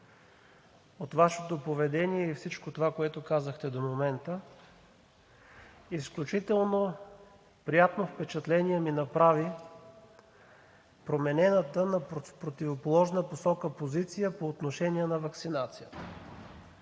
от Вашето поведение и всичко това, което казахте до момента. Изключително приятно впечатление ми направи променената на противоположна посока позиция по отношение на ваксинацията.